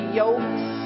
yokes